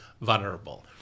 vulnerable